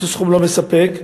לא מספק.